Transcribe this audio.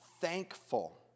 thankful